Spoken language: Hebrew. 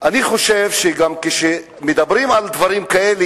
אני חושב שכשמדברים על דברים כאלה,